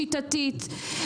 שיטתי?